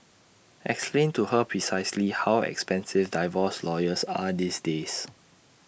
explain to her precisely how expensive divorce lawyers are these days